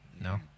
No